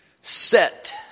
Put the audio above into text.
set